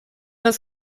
das